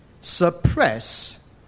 suppress